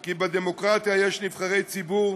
כי בדמוקרטיה יש נבחרי ציבור,